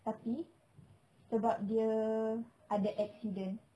tapi sebab dia ada accident